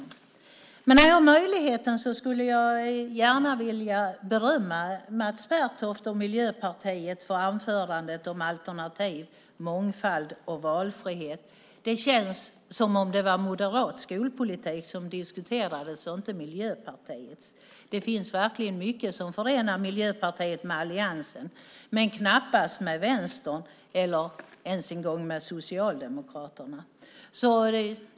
När jag har möjligheten skulle jag gärna vilja berömma Mats Pertoft och Miljöpartiet för anförandet om alternativ mångfald och valfrihet. Det känns som om det var moderat skolpolitik som diskuterades och inte Miljöpartiets. Det finns verkligen mycket som förenar Miljöpartiet med alliansen, men knappast med Vänstern eller ens en gång Socialdemokraterna.